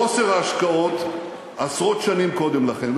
חוסר ההשקעות עשרות שנים קודם לכן,